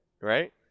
Right